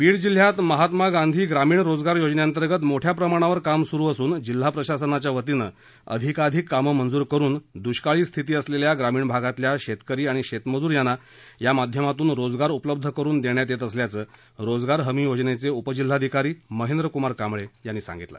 बीड जिल्ह्यात महात्मा गांधी ग्रामीण रोजगार योजने अंतर्गत मोठ्या प्रमाणावर काम सुरु असून जिल्हा प्रशासनाच्या वतीनं अधिकाधिक काम मंजूर करून दुष्काळी स्थिती असलेल्या ग्रामीण भागातल्या शेतकरी आणि शेतमजूर यांना या माध्यमातून रोजगार उपलब्ध करून देण्यात येत असल्याचं रोजगार हमी योजनेचे उपजिल्हाधिकारी महेंद्रकुमार कांबळे यांनी सांगितलं